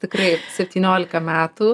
tikrai septyniolika metų